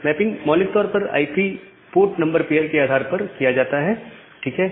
mapping मौलिक तौर पर आईपी पोर्ट नंबर पेयर के आधार पर किया जाता है ठीक है